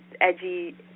edgy